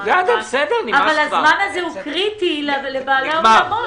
אבל הזמן הזה הוא קריטי לבעלי האולמות,